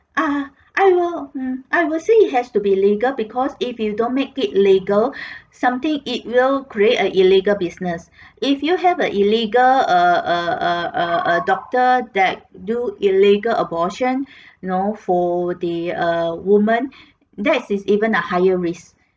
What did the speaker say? ah I will hmm I will say it has to be legal because if you don't make it legal something it will create an illegal business if you have an illegal err err err err doctor that do illegal abortion you know for the err woman that is even a higher risk